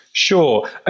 Sure